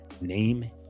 name